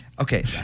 Okay